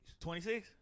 26